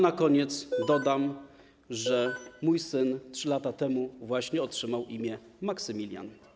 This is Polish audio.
Na koniec dodam, że mój syn 3 lata temu właśnie otrzymał imię Maksymilian.